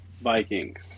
Vikings